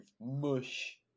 mush